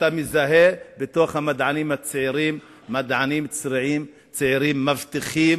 בקרב המדענים הצעירים מדענים צעירים מבטיחים